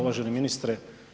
Uvaženi ministre.